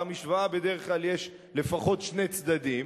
למשוואה בדרך כלל יש לפחות שני צדדים,